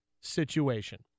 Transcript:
situation